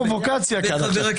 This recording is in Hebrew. פרובוקציה.